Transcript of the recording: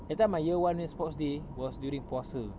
that time my year one punya sports day was during puasa